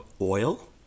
oil